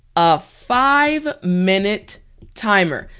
a five minute timer.